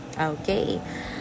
Okay